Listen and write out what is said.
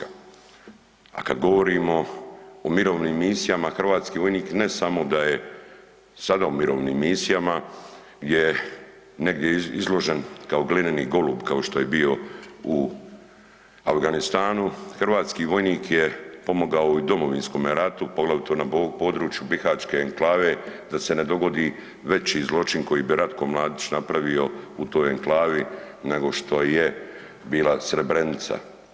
A kad govorimo o mirovnim misijama, hrvatski vojnik ne samo da je sada u mirovnim misijama gdje je negdje izložen kao glineni golub kao što je bio u Afganistanu, hrvatski vojnik je pomogao i u Domovinskome ratu, poglavito na području Bihaćke enklave da se ne dogodi veći zločin koji bi Ratko Mladić napravio u toj enklavi nego što je bila Srebrenica.